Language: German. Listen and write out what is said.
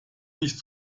nicht